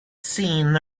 seen